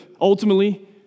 Ultimately